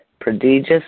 prodigious